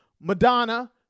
Madonna